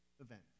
event